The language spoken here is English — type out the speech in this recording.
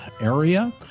area